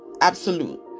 absolute